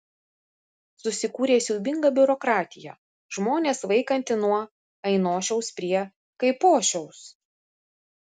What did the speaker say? susikūrė siaubinga biurokratija žmones vaikanti nuo ainošiaus prie kaipošiaus